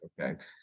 okay